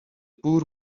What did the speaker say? poor